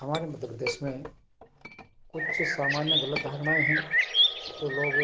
हमारे उत्तर प्रदेश में कुछ सामान्य गलत धारणाएँ हैं जो लोग